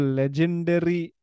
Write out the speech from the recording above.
legendary